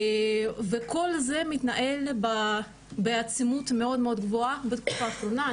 כל זה מתנהל בעצימות מאוד מאוד גבוהה בתקופה האחרונה.